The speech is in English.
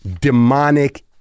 demonic